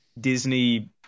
Disney